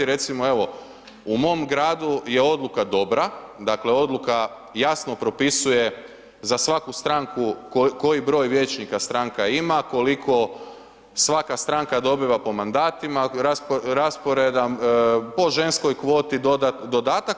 Recimo evo u mom gradu je odluka dobra, dakle odluka jasno propisuje za svaku stranku koji broj vijećnika stranka ima, koliko svaka stranka dobiva po mandatima, rasporeda po ženskoj kvotu dodatak.